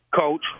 coach